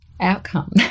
outcome